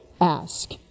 ask